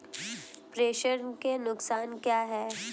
प्रेषण के नुकसान क्या हैं?